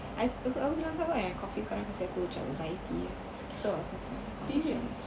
I aku aku bilang kau kan yang coffee kadang kasi aku macam anxiety so aku macam aku sangat